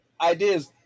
ideas